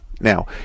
Now